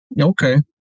Okay